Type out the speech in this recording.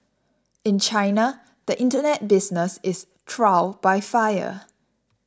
in China the Internet business is trial by fire